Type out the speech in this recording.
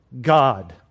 God